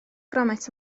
gromit